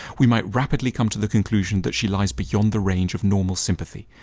we might rapidly come to the conclusion that she lies beyond the range of normal sympathy.